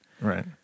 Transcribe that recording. Right